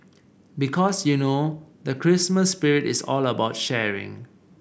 because you know the Christmas spirit is all about sharing